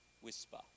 whisper